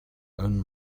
own